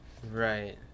Right